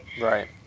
Right